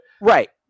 right